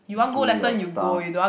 do your stuff